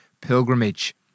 pilgrimage